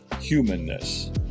humanness